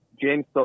James